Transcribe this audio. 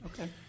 Okay